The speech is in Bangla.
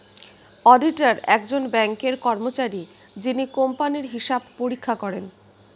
অডিটার একজন ব্যাঙ্কের কর্মচারী যিনি কোম্পানির হিসাব পরীক্ষা করেন